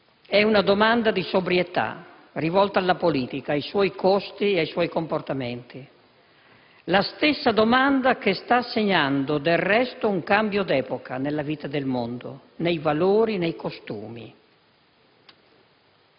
È una domanda di sobrietà rivolta alla politica, ai suoi costi e ai suoi comportamenti, la stessa domanda che sta segnando del resto un cambio d'epoca nella vita del mondo, nei valori, nei costumi.